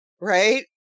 right